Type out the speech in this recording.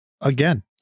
Again